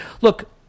Look